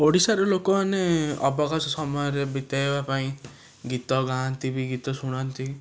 ଓଡ଼ିଶାର ଲୋକମାନେ ଅବକାଶ ସମୟରେ ବିତେଇବାପାଇଁ ଗୀତ ଗାଆନ୍ତି ବି ଗୀତ ଶୁଣନ୍ତି